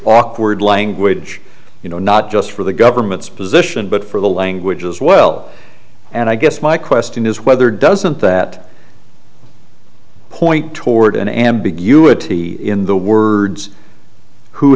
awkward language you know not just for the government's position but for the language as well and i guess my question is whether doesn't that point toward an ambiguity in the words who